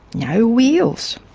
no wheels.